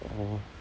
orh